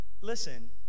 listen